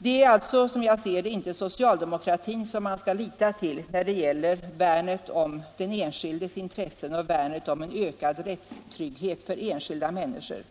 Som jag ser det är det alltså inte socialdemokratin man skall lita till när det gäller värnet om den enskildes intressen och en ökad rättstrygghet för enskilda människor.